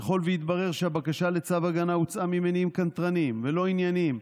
ככל שיתברר שהבקשה לצו הגנה הוצאה ממניעים קנטרניים ולא ענייניים,